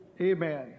Amen